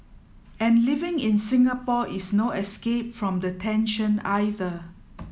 and living in Singapore is no escape from the tension either